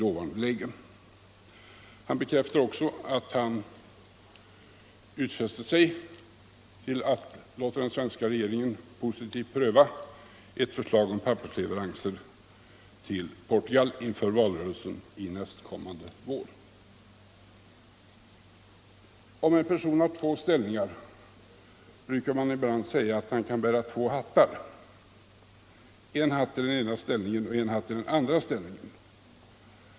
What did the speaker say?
Han förklarade också att han utfäste sig att låta den svenska regeringen positivt pröva ett förslag om pappersleveranser till Portugal inför valrörelsen nästkommande vår. Om en person har två ställningar, säger man ibland att han kan bära två hattar, en hatt i den ena ställningen och en hatt i den andra ställningen.